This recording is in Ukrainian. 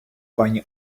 пані